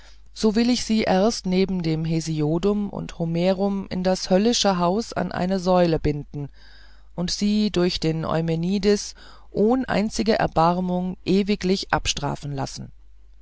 so will ich sie erst neben den hesiodum und homerum in das höllische haus an eine säule binden und sie durch die eumenides ohn einzige erbarmung ewiglich abstrafen lassen